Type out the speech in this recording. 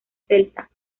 celta